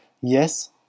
yes